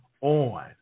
on